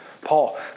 Paul